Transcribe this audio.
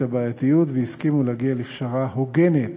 הבעייתיות והסכימו להגיע לפשרה הוגנת.